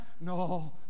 No